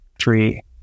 three